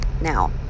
Now